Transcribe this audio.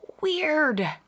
weird